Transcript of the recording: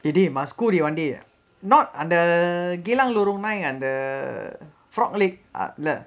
dey dey must go dey one day not அந்த:antha geylang lorong நாய் அந்த:naai antha frog leg